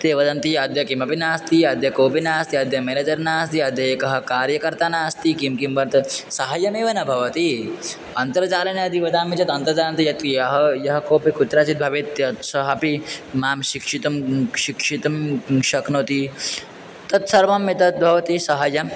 ते वदन्ति अद्य किमपि नास्ति अद्य कोऽपि नास्ति अद्य मेनेजर् नास्ति अद्य एकः कार्यकर्ता नास्ति किं किं वर्तते सहाय्यमेव न भवति अन्तर्जाले यदि वदामि चेत् अन्तर्जाले यत् यः यः कोऽपि कुत्राचित् भवेत् तत् सः अपि मां शिक्षितुं शिक्षितुं शक्नोति तत्सर्वम् एतद् भवति सहाय्यम्